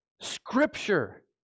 Scripture